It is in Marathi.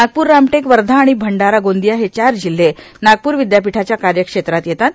नागपूर रामटेक वर्धा आणि भंडारा गोंदिया हे चार जिल्ह्ये नागपूर विद्यापीठाच्या कार्यक्षेत्रात येतात